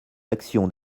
actions